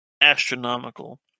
astronomical